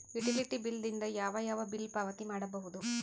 Utility bill ದಿಂದ ಯಾವ ಯಾವ ಬಿಲ್ ಪಾವತಿ ಮಾಡಬಹುದು?